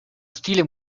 stile